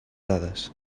dades